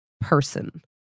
person